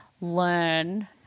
learn